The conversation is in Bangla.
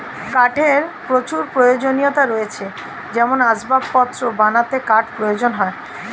কাঠের প্রচুর প্রয়োজনীয়তা রয়েছে যেমন আসবাবপত্র বানাতে কাঠ প্রয়োজন হয়